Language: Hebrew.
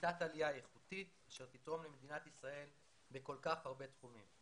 בקליטת עלייה איכותית אשר תתרום למדינת ישראל בכל כך הרבה תחומים.